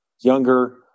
younger